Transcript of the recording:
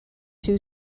two